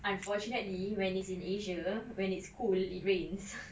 unfortunately when it's in asia when it's cool it rains